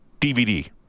DVD